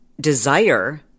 desire